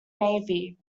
navy